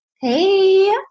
Hey